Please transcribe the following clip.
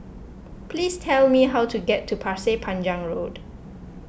please tell me how to get to Pasir Panjang Road